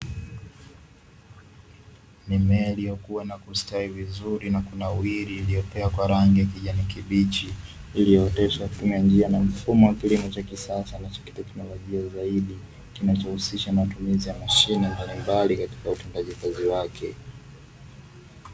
Mimea iliyokua na kustawi vizuri na kunawiri iliyopea kwa rangi ya kijani kibichi, iliyooteshwa kwa njia na mfumo wa kilimo cha kisasa na cha kiteknolojia zaidi, kinachohusisha matumizi ya mashine mbalimbali katika utendekaji kazi wake.